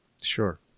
Sure